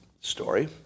story